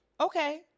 Okay